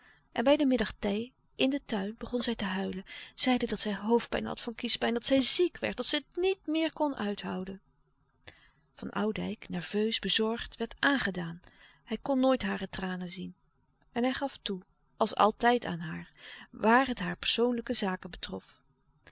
en bij de middagthee in den tuin begon zij te huilen zeide dat zij hoofdpijn had van kiespijn dat zij ziek werd dat zij het niet meer kon uithouden van oudijck nerveus bezorgd werd aangedaan hij kon nooit hare tranen zien en hij gaf toe als altijd aan haar waar het hare persoonlijke zaken betrof